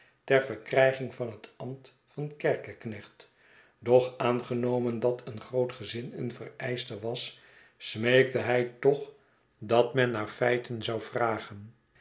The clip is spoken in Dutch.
ter verkrijging van het ambt van kerkeknecht doch aangenomen dat een groot gezin een vereischte was smeekte hij toch dat men naar feiten zou vragen